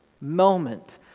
moment